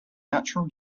natural